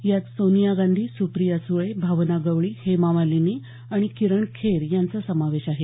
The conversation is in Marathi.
यात सोनिया गांधी सुप्रिया सुळे भावना गवळी हेमा मालिनी आणि किरण खेर यांचा समावेश आहे